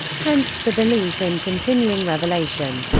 hence, the belief in continuing revelation.